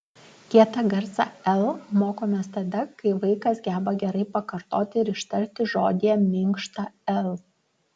kietą garsą l mokomės tada kai vaikas geba gerai pakartoti ir ištarti žodyje minkštą l